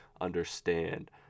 understand